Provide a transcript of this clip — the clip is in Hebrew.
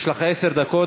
יש לך עשר דקות.